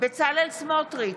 בצלאל סמוטריץ'